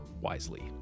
wisely